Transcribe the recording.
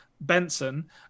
Benson